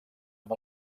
amb